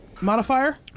modifier